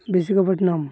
Visakhapatnam